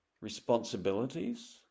responsibilities